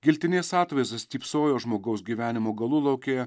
giltinės atvaizdas stypsojo žmogaus gyvenimo galulaukėje